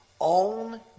own